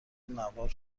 نوار